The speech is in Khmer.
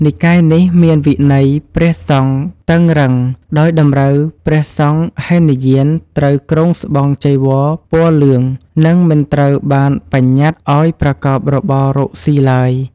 និកាយនេះមានវិន័យព្រះសង្ឃតឹងរ៉ឹង ដោយតម្រូវព្រះសង្ឃហីនយានត្រូវគ្រងស្បង់ចីវរពណ៌លឿង និងមិនត្រូវបានបញ្ញត្តិឱ្យប្រកបរបររកស៊ីឡើយ។